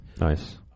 Nice